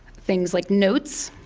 things like notes,